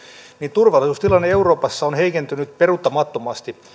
turvallisuustilanne euroopassa on heikentynyt peruuttamattomasti